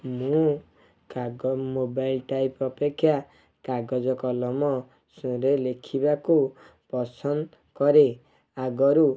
ମୁଁ mobile type ଅପେକ୍ଷା କାଗଜ କଲମ ରେ ଲେଖିବାକୁ ପସନ୍ଦ କରେ ଆଗରୁ